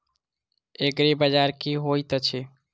एग्रीबाजार की होइत अछि?